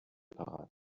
parat